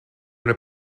una